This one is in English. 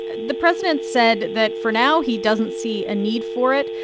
the president said that for now, he doesn't see a need for it.